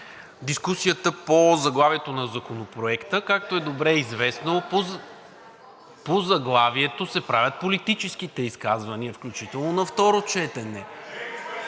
дискусията по заглавието на Законопроекта. Както е добре известно, по заглавието се правят политическите изказвания, включително на второ четене.